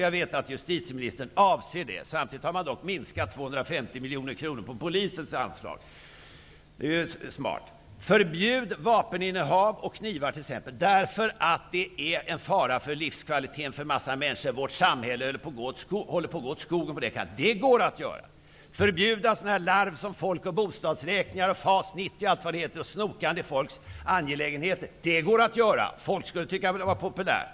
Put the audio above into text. Jag vet att justitieministern avser att göra det. Samtidigt har man dock minskat polisens anslag med 250 miljoner kronor. Det är ju smart. Förbjud vapeninnehav och knivinnehav, därför att det innebär en fara för livskvaliteten för en massa människor. Vårt samhälle håller ju på att gå åt skogen. Detta går att göra. Man kan också förbjuda sådant larv som folk och bostadsräkningar och FAS 90 och allt vad det heter och snokande i människors angelägenheter. Detta går att göra. Människor skulle tycka att det var populärt.